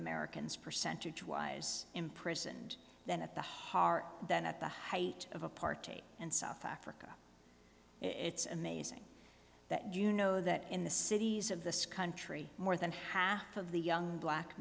americans percentage wise imprisoned than at the heart than at the height of a party and south africa it's amazing that you know that in the cities of this country more than half of the young black